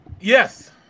yes